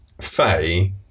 Faye